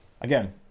Again